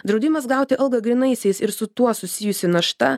draudimas gauti algą grynaisiais ir su tuo susijusi našta